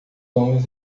homens